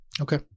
Okay